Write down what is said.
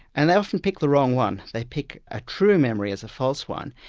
and they often pick the wrong one. they pick a true memory as a false one,